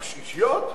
אישיות?